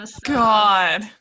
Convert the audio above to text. God